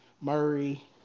Murray